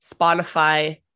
spotify